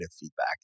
feedback